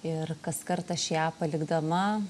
ir kaskart aš ją palikdama